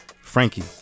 Frankie